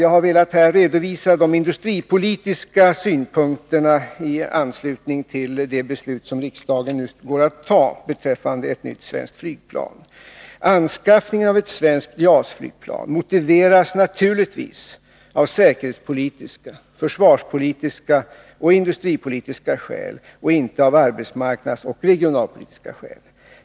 Jag har här velat redovisa de industripolitiska synpunkterna i anslutning till det beslut som riksdagen nu går att fatta beträffande ett nytt svenskt flygplan. Anskaffningen av ett svenskt JAS-flygplan motiveras naturligtvis med säkerhetspolitiska, försvarspolitiska och industripolitiska skäl och inte med arbetsmarknadsoch regionalpolitiska skäl.